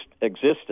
existence